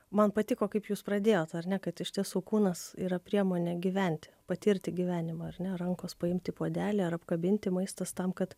man patiko kaip jūs pradėjot ar ne kad iš tiesų kūnas yra priemonė gyventi patirti gyvenimą ar ne rankos paimti puodelį ar apkabinti maistas tam kad